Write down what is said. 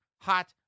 hot